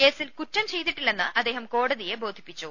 കേസിൽ കൂറ്റം ചെയ്തിട്ടില്ലെന്ന് അദ്ദേഹം കോടതിയെ ബോധി പ്പിച്ചു